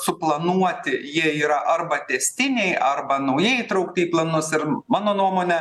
suplanuoti jie yra arba tęstiniai arba naujai įtraukti į planus ir mano nuomone